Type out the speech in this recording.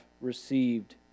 received